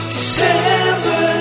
December